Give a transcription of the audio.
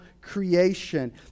creation